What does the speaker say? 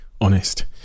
honest